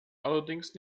allerdings